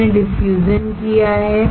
हमने डिफ्यूजन किया है